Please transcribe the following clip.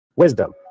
Wisdom